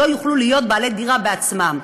להיות בעלי דירה בעצמם.